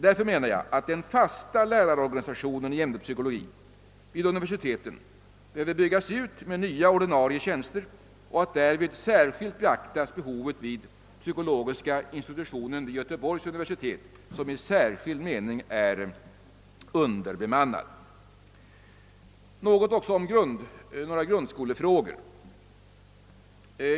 Därför menar jag att den fasta lärarorganisatio nen i ämnet psykologi vid universiteten behöver byggas ut med nya crdinarie tjänster och att därvid särskilt beaktas behovet vid psykologiska institutionen vid Göteborgs universitet som i särskild mening är underbemannad. Jag vill också säga något om vissa grundskolefrågor.